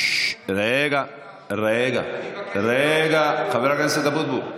אני מבקש, רגע, חבר הכנסת אבוטבול.